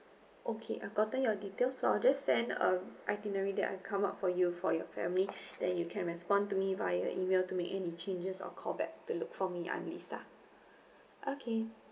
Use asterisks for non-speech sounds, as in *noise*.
okay I've gotten your details so I'll just send um itinerary that I come up for you for your family *breath* then you can respond to me via email to make any changes or call back to look for me I'm lisa okay